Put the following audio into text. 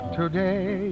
today